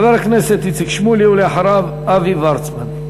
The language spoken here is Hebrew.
חבר הכנסת איציק שמולי, ולאחריו, אבי וורצמן.